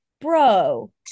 Bro